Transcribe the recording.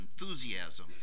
enthusiasm